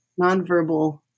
Nonverbal